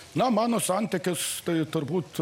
na mano santykistai turbūt